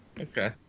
Okay